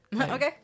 Okay